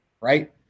Right